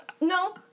No